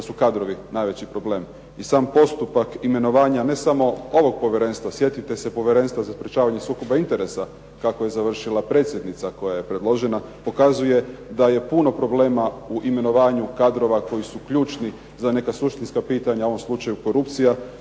da su kadrovi najveći problem. I sam postupak imenovanja ne samo ovog povjerenstva, sjetite se Povjerenstva za sprečavanje sukoba interesa, kako je završila predsjednica koja je predložena, pokazuje da je puno problema u imenovanju kadrova koji su ključni za neka suštinska pitanja u ovom slučaj korupcija